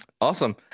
Awesome